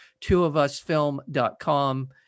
twoofusfilm.com